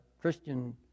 Christian